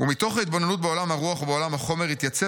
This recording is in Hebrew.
"ומתוך התבוננות בעולם הרוח ובעולם החומר התייצב